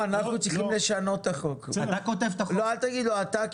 אל תגיד לא אתה,